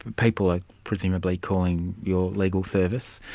people are presumably calling your legal service.